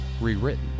rewritten